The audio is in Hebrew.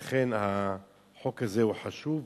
ולכן החוק הזה הוא חשוב.